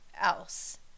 else